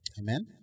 Amen